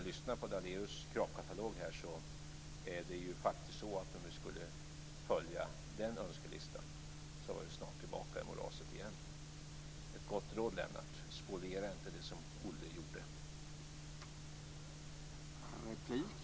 Jag har nu hört Daléus kravkatalog, men om vi skulle följa den önskelistan var vi snart tillbaka i moraset igen. Ett gott råd, Lennart: Spoliera inte det som Olle gjorde!